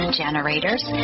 generators